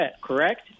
correct